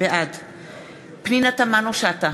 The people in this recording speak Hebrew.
בעד פנינה תמנו-שטה,